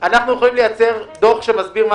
אנחנו יכולים לייצר דוח שמסביר מה